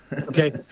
Okay